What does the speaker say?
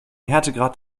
härtegrad